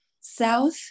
South